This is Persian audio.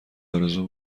آرزو